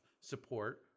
support